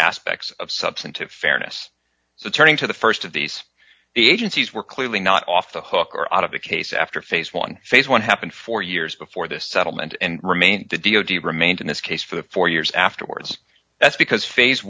aspects of substantive fairness so turning to the st of these agencies were clearly not off the hook or out of the case after phase one phase one happened four years before this settlement and remained d o d remained in this case for the four years afterwards that's because phase